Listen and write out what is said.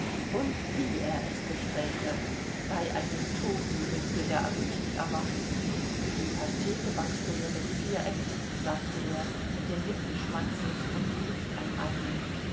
und wie er es bestellte bei einem toten müßte der appetit erwachen die pastete backst du mir mit vier ecken sagte er mit den lippen schmatzend und die luft einatmend